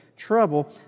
trouble